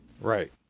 Right